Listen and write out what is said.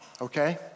okay